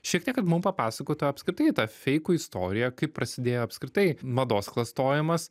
šiek tiek kad mum papasakotų apskritai tą feikų istoriją kaip prasidėjo apskritai mados klastojimas